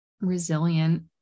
resilient